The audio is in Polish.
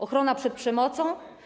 Ochrona przed przemocą?